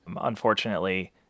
unfortunately